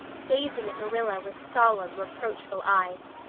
gazing at marilla with solemn, reproachful eyes.